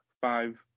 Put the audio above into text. five